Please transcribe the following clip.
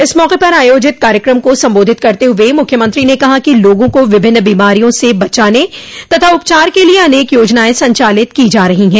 इस मौके पर आयोजित कार्यक्रम को संबोधित करते हुए मुख्यमंत्री ने कहा कि लोगों को विभिन्न बीमारियों से बचाने तथा उपचार के लिए अनेक योजनाएं संचालित की जा रही हैं